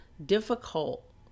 difficult